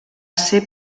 ser